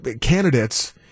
candidates